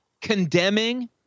condemning